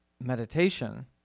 meditation